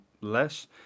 less